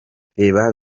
reba